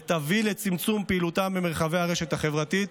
ותביא לצמצום פעילותם במרחבי הרשת החברתית,